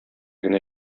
генә